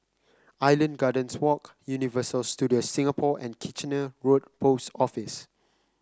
Island Gardens Walk Universal Studios Singapore and Kitchener Road Post Office